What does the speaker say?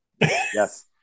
Yes